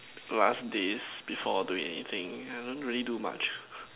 last days before doing anything I don't really do much